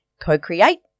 co-create